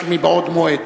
רק מבעוד מועד.